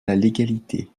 l’égalité